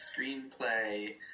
screenplay